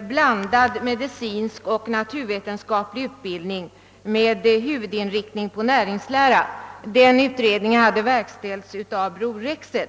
»Blandad medicinsk och naturvetenskaplig utbildning» med huvudinriktning på näringslära. Denna utredning hade verkställts av Bror Rexed.